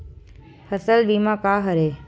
फसल बीमा का हरय?